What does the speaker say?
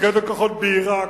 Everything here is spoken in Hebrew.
פיקד על כוחות בעירק,